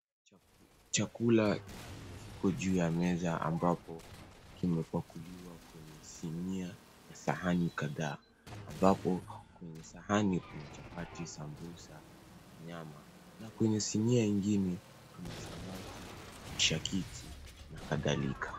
Chakula kiko juu ya meza, ambapo kimepakuliwa kwenye sinia na sahani kadhaa. Ambapo kwenye sahani kuna chapati, sambusa, nyama, na kwenye sinia ingine, kuna samaki, mishakiki na kadhalika.